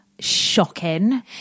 shocking